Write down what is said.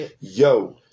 Yo